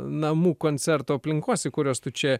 namų koncertų aplinkos į kuriuos tu čia